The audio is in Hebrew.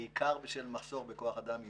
בעיקר בשל מחסור בכוח אדם ייעודי.